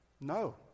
no